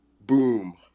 boom